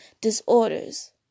disorders